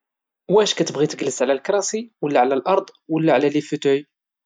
واش كتبغي تجلس على الكرسي ولا على الارض ولا على ليفوتوي؟